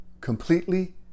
completely